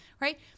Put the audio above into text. right